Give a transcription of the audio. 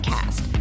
Cast